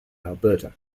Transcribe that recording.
alberta